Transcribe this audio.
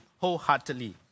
wholeheartedly